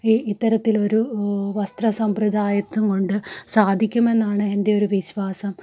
ഈ ഇത്തരത്തിലൊരു വസ്ത്രസമ്പ്രദായത്തേയും കൊണ്ട് സാധിക്കുമെന്നാണ് എൻ്റെ ഒരു വിശ്വാസം